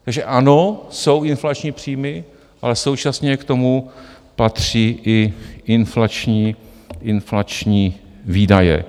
Takže ano, jsou inflační příjmy, ale současně k tomu patří i inflační výdaje.